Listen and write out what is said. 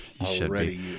Already